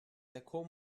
tako